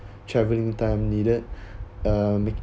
travelling time needed uh make it